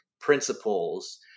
principles